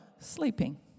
sleeping